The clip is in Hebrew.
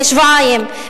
שבועיים,